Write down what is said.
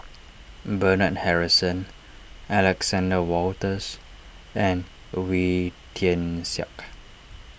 Bernard Harrison Alexander Wolters and Wee Tian Siak